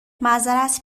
معذرت